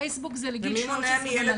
פייסבוק זה לגיל 13 ומעלה,